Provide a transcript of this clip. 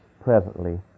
presently